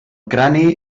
crani